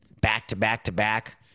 back-to-back-to-back